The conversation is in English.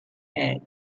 head